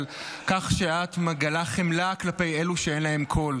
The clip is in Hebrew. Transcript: על כך שאת מגלה חמלה כלפי אלו שאין להם קול.